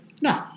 No